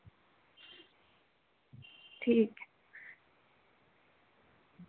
ठीक